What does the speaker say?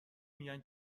میگن